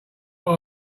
what